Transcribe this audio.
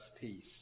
peace